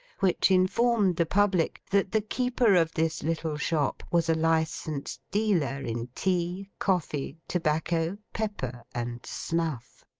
which informed the public that the keeper of this little shop was a licensed dealer in tea, coffee, tobacco, pepper, and snuff.